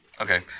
Okay